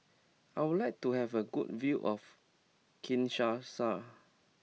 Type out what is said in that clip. I would like to have a good view of Kinshasa